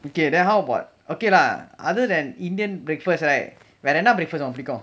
okay then how about okay lah other than indian breakfast right வேற என்ன:vera enna breakfast உனக்கு புடிக்கும்:unakku pudikkum